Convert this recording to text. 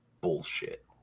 Bullshit